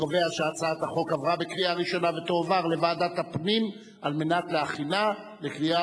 התשע"ב 2011, לוועדת הפנים והגנת הסביבה נתקבלה.